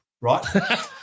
right